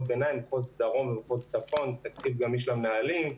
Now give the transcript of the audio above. ביניים במחוז דרום ובמחוז צפון עם תקציב גמיש למנהלים.